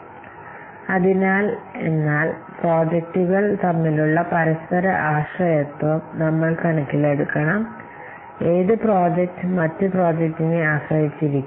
അതുകൊണ്ടാണ് ഇത് കൈകാര്യം ചെയ്യുന്നതിന് പ്രോജക്റ്റുകൾ തമ്മിലുള്ള ആശ്രിതത്വം നമ്മൾ കണക്കിലെടുക്കണം ഏത് പ്രോജക്റ്റ് മറ്റ് പ്രോജക്റ്റിനെ ആശ്രയിച്ചിരിക്കുന്നു